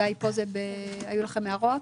גיא, פה היו לכם הערות?